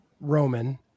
Roman